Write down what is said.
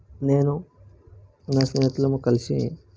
నేను నా స్నేహితులము కలిసి